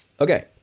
Okay